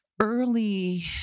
early